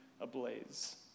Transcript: ablaze